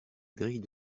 grille